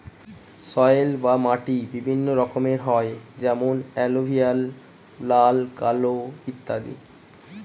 soil বা মাটি বিভিন্ন রকমের হয় যেমন এলুভিয়াল, লাল, কালো ইত্যাদি